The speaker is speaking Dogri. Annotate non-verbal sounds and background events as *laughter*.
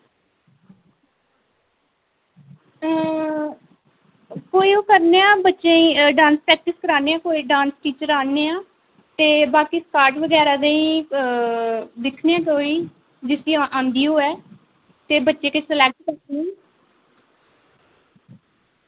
कोई ओ करने आं बच्चें ई डांस प्रैक्टिस कराने आं कोई डांस टीचर आह्नने आं ते बाकी स्काट बगैरा ताईं दिक्खनेआं कोई जिसी आंदी होऐ ते बच्चे किश सलैक्ट *unintelligible*